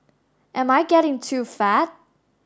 am I getting too fat